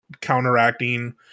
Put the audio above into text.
counteracting